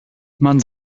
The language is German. man